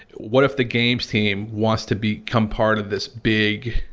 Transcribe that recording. what if the games team wants to become part of this big,